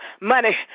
Money